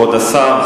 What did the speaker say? כבוד השר,